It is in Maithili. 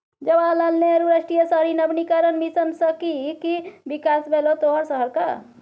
जवाहर लाल नेहरू राष्ट्रीय शहरी नवीकरण मिशन सँ कि कि बिकास भेलौ तोहर शहरक?